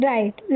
Right